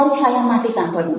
સ્વર છાયા માટે સાંભળવું